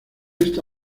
esta